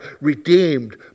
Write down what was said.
redeemed